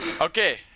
Okay